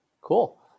Cool